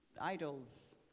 idols